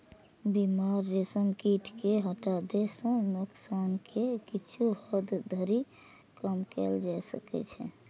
बीमार रेशम कीट कें हटा दै सं नोकसान कें किछु हद धरि कम कैल जा सकै छै